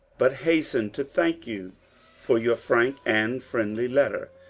but hasten to thank you for your frank and friendly letter,